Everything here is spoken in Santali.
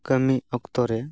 ᱠᱟᱹᱢᱤ ᱚᱠᱛᱚ ᱨᱮ